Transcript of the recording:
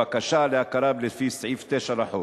לבקשה להכרה לפי סעיף 9 לחוק,